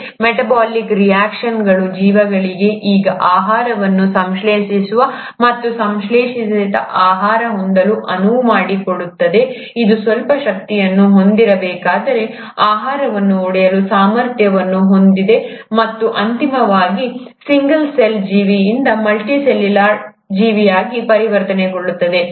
ಈ ಮೆಟಾಬಾಲಿಕ್ ರಿಯಾಕ್ಷನ್ಗಳು ಜೀವಿಗಳಿಗೆ ಈಗ ಆಹಾರವನ್ನು ಸಂಶ್ಲೇಷಿಸಲು ಮತ್ತು ಸಂಶ್ಲೇಷಿತ ಆಹಾರವನ್ನು ಹೊಂದಲು ಅನುವು ಮಾಡಿಕೊಡುತ್ತದೆ ಅದು ಸ್ವಲ್ಪ ಶಕ್ತಿಯನ್ನು ಹೊಂದಿರಬೇಕಾದರೆ ಆಹಾರವನ್ನು ಒಡೆಯುವ ಸಾಮರ್ಥ್ಯವನ್ನು ಹೊಂದಿದೆ ಮತ್ತು ಅಂತಿಮವಾಗಿ ಸಿಂಗಲ್ ಸೆಲ್ ಜೀವಿಯಿಂದ ಮಲ್ಟಿ ಸೆಲ್ಯುಲರ್ ಜೀವಿಯಾಗಿ ಪರಿವರ್ತನೆಗೊಳ್ಳುತ್ತದೆ